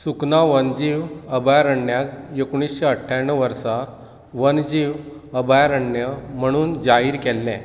सुखना वन्यजीव अभयारण्याक एकुणशे अठ्ठ्याणव वर्सा वन्यजीव अभयारण्य म्हणून जाहीर केल्लें